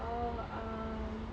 oh um